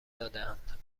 دادهاند